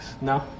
No